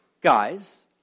guys